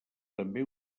també